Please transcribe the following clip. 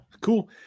cool